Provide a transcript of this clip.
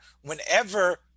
whenever